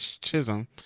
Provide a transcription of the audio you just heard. Chisholm